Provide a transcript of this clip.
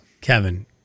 Kevin